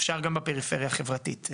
אפשר גם בפריפריה החברתית.